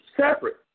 separate